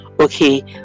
okay